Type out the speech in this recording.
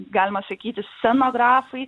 galima sakyti scenografai